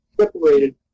separated